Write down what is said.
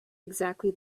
exactly